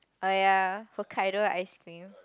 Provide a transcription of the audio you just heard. oh ya Hokkaido ice cream